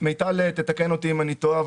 מיטל תתקן אותי אם אני טועה,